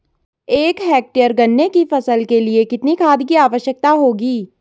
एक हेक्टेयर गन्ने की फसल के लिए कितनी खाद की आवश्यकता होगी?